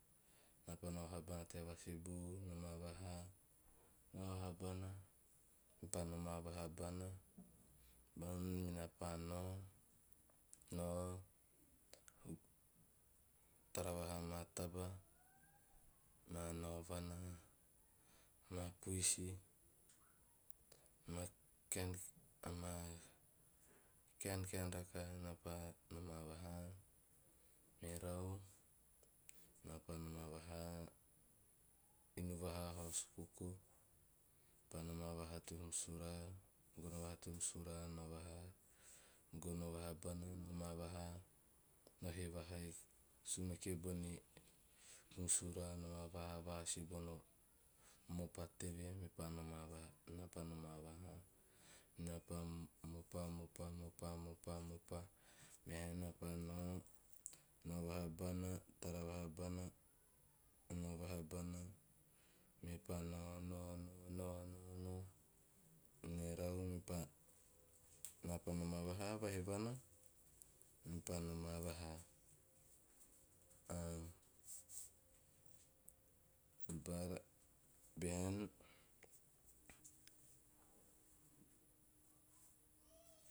Na paa nomaa vaha huun na paa nao vahabanaa, tea vasubu noma vaha - naa paa nao vahabana tea vasihu noma vahaa - hana na pa tara rakaha ma taba ma haorane ma puisi ama kaenkaen rakaha na pa nomaa vaha merau menaa pa noma vaha inu vaha haus kuku na pa noma vaha merau menaa pa noma vahaa inu vahaa haus kuku na pa noma vahaa teo huum suraa gono. Vahaa teo guum suraa nao vahaa gono vahabana noma vaha nao he vahaa e sumeke bone huum sura nao vuhaa va asi bono moopa teve mepa nomaa vaha tara vahabara mepa nao- nao. Merau mepa na pa noma vahaa vahinana mepaa noma vahaa a, bara bihaen.